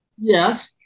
Yes